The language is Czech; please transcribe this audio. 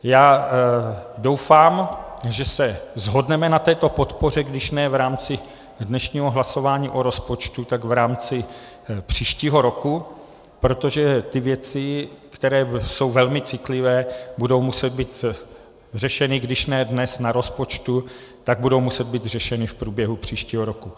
Já doufám, že se shodneme na této podpoře když ne v rámci dnešního hlasování o rozpočtu, tak v rámci příštího roku, protože ty věci, které jsou velmi citlivé, budou muset být řešeny když ne dnes na rozpočtu, tak budou muset být řešeny v průběhu příštího roku.